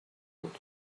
بود